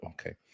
okay